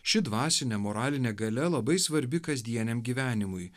ši dvasinė moralinė galia labai svarbi kasdieniam gyvenimui